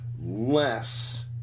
less